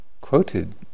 quoted